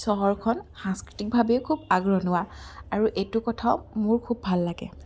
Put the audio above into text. চহৰখন সাংস্কৃতিক ভাবে খুব আগৰণুৱা আৰু এইটো কথাও মোৰ খুব ভাল লাগে